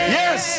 yes